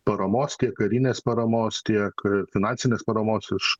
paramos kiek karinės paramos kiek finansinės paramos iš